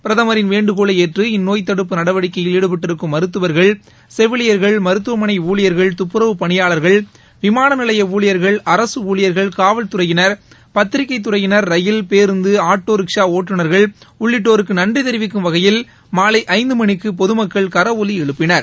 பிரதமரின் வேண்டுகோளை ஏற்று இந்நோய் தடுப்பு நடவடிக்கையில் ஈடுபட்டிருக்கும் மருத்துவர்கள் செவிலியர்கள் மருத்துவமனை ஊழியர்கள் துப்புரவுப் பணியாளர்கள் விமான நிலைய ஊழியர்கள் அரசு ஊழியர்கள் காவல் துறையினர் பத்திரிகைத் துறையினர் ரயில் பேருந்து ஆட்டோ ரிக்ஷா ஒட்டுநர்கள் உள்ளிட்டோருக்கு நன்றி தெரிவிக்கும் வகையில் மாலை ஐந்து மணிக்கு பொது மக்கள் கரவொலி எழுப்பினர்